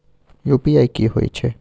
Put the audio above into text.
UPI की होय छै?